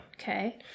Okay